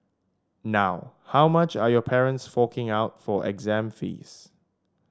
now how much are your parents forking out for exam fees